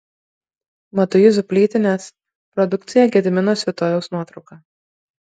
matuizų plytinės produkcija gedimino svitojaus nuotrauka